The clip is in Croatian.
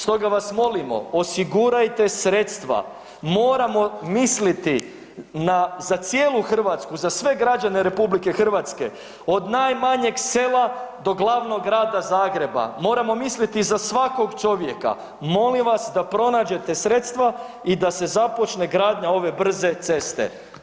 Stoga vas molimo, osigurajte sredstva, moramo misliti za cijelu Hrvatsku, za sve građane RH od najmanjeg sela do glavnog Grada Zagreba, moramo misliti za svakog čovjeka, molim vas da pronađete sredstva i da se započne gradnja ove brze ceste.